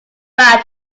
bad